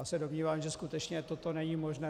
Já se domnívám, že skutečně toto není možné.